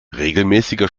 regelmäßiger